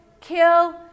kill